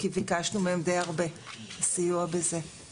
כי ביקשנו מהם די הרבה סיוע בזה.